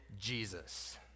Jesus